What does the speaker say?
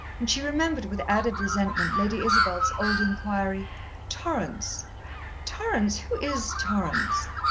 and she remembered with added resentment lady isabel's old inquiry torrance torrance who is torrance?